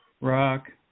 rock